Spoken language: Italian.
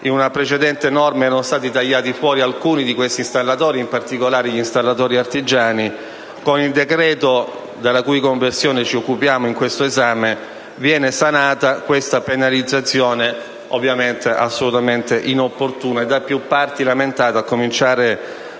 In una precedente norma infatti erano stati tagliati fuori alcuni di questi installatori, in particolare gli installatori artigiani; con il decreto-legge della cui conversione ci stiamo occupando viene sanata questa penalizzazione, ovviamente assolutamente inopportuna e da più parti lamentata, a cominciare